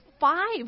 five